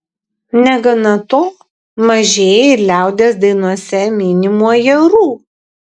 negana to mažėja ir liaudies dainose minimų ajerų